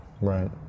Right